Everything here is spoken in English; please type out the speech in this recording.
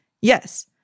yes